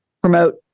promote